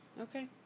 Okay